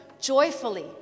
joyfully